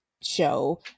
show